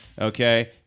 Okay